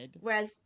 Whereas